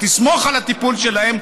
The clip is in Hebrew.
ותסמוך על הטיפול שלהם,